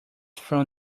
from